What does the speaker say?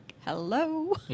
hello